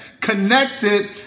connected